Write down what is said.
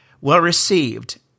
well-received